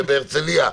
בהרצליה.